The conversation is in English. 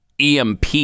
EMP